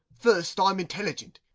fust i'm intelligent